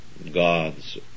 God's